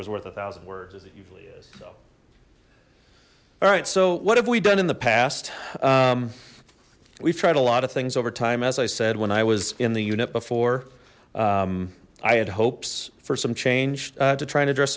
was worth a thousand words alright so what have we done in the past we've tried a lot of things over time as i said when i was in the unit before i had hopes for some change to try and address